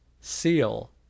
seal